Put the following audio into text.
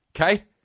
okay